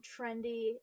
trendy